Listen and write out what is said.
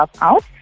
out